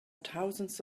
thousands